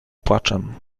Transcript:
płaczem